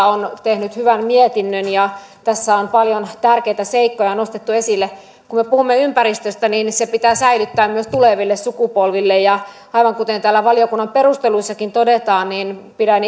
on tehnyt hyvän mietinnön ja tässä on paljon tärkeitä seikkoja nostettu esille kun me puhumme ympäristöstä niin niin se pitää säilyttää myös tuleville sukupolville ja aivan kuten täällä valiokunnan perusteluissakin todetaan pidän